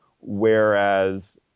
whereas